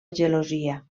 gelosia